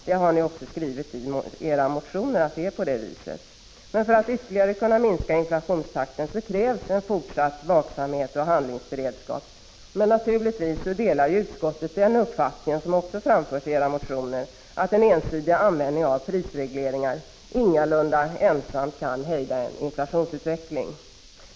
Ni har också skrivit i era motioner att det är på det viset. Men för att ytterligare kunna minska inflationstakten krävs fortsatt vaksamhet och handlingsberedskap. Naturligtvis delar utskottet den uppfattningen, som också framförs i era motioner, att en ensidig användning av prisregleringar ingalunda ensam kan hejda en inflationsutveckling.